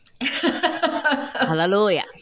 Hallelujah